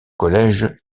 collège